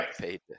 paid